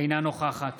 אינה נוכחת